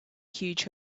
huge